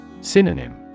Synonym